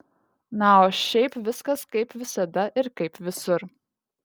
na o šiaip viskas kaip visada ir kaip visur